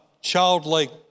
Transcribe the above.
childlike